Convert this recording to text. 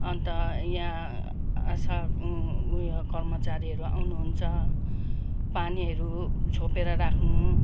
अन्त यहाँ स उयो कर्मचारीहरू आउनु हुन्छ पानीहरू छोपेर राख्नु